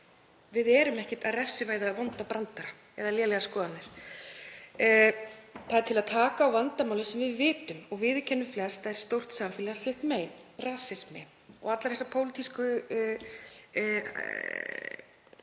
Við erum ekki að refsivæða vonda brandara eða lélegar skoðanir. Þetta er gert til að taka á vandamáli sem við vitum og viðurkennum flest að er stórt samfélagslegt mein, rasismi og öll þessi pólitíska